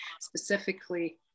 specifically